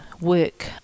work